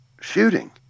shooting